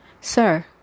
Sir